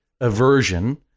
aversion